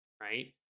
right